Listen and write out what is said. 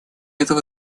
этого